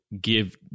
give